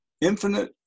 infinite